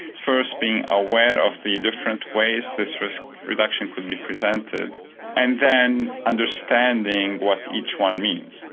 first being aware of the different ways this risk reduction could be presented and then understanding what each one means.